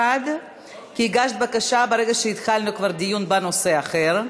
1. כי הגשת בקשה ברגע שהתחלנו כבר דיון בנושא אחר,